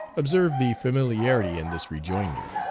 observe the familiarity in this rejoinder.